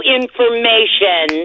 information